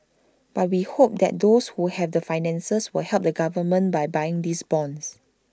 but we hope that those who have the finances will help the government by buying these bonds